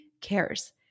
cares